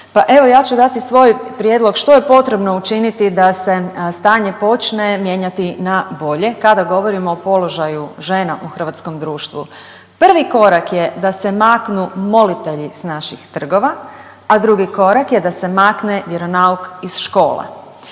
Pa evo ja ću dati svoj prijedlog što je potrebno učiniti da se stanje počne mijenjati na bolje kada govorimo o položaju žena u hrvatskom društvu. Prvi korak je da se maknu molitelji s naših trgova, a drugi korak je da se makne vjeronauk iz škola.